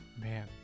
Man